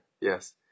Yes